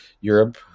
Europe